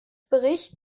bericht